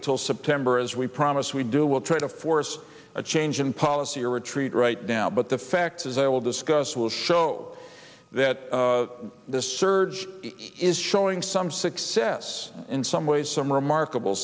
until september as we promised we do will try to force a change in policy or retreat right now but the fact is i will discuss will show that the surge is showing some success in some ways some remarkable